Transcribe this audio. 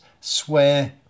swear